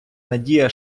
надія